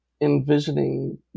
envisioning